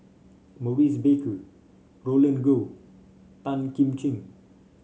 Maurice Baker Roland Goh Tan Kim Ching